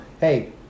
hey